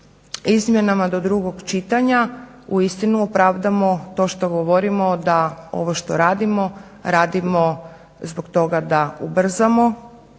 izmjenama do drugog čitanja uistinu opravdamo to što govorimo da ovo što radimo, radimo zbog toga da ubrzamo